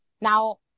now